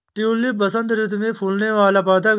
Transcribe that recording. tulip बसंत ऋतु में फूलने वाला पदक है